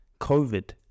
COVID